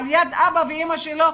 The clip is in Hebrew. על יד אבא ואימא שלו,